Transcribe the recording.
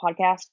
podcast